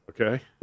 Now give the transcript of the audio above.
Okay